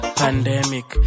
pandemic